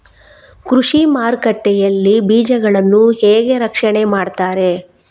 ಕೃಷಿ ಮಾರುಕಟ್ಟೆ ಯಲ್ಲಿ ಬೀಜಗಳನ್ನು ಹೇಗೆ ರಕ್ಷಣೆ ಮಾಡ್ತಾರೆ?